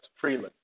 freely